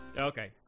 Okay